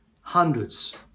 hundreds